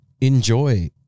enjoy